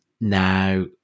now